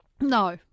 No